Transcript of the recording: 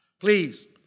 please